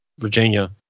Virginia